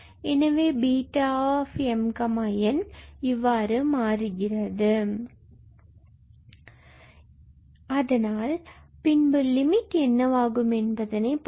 எனவே Β𝑚𝑛 2 20cos2m 2 n 1cos𝜃sin𝜃 d எனவே அதனால் பின்பு லிமிட் என்னவாகும் என்பதை பார்க்கலாம்